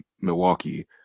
Milwaukee